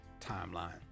timeline